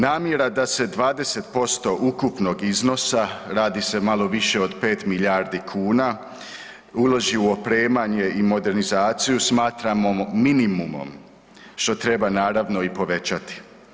Namjera da se 20% ukupnog iznosa, radi se malo više od 5 milijardi kuna uloži u opremanje i modernizaciju, smatramo minimumom što treba naravno i povećati.